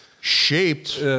shaped